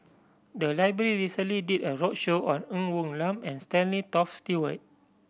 the library recently did a roadshow on Ng Woon Lam and Stanley Toft Stewart